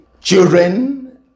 children